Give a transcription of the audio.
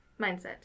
mindset